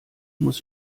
muss